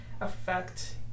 affect